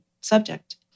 subject